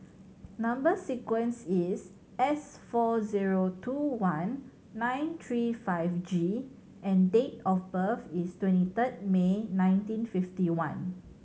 number sequence is S four zero two one nine three five G and date of birth is twenty third May nineteen fifty one